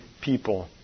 people